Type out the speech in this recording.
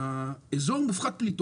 איזור מופחת פליטות.